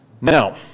Now